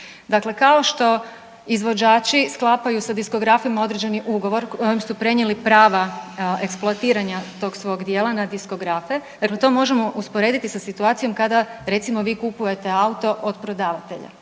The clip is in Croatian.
Dakle, kao što izvođači sklapaju sa diskografima određeni ugovor kojim su prenijeli prava eksploatiranja tog svog djela na diskografe. To možemo usporediti sa situacijom kada recimo vi kupujete auto od prodavatelja